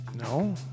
No